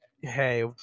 hey